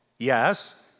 Yes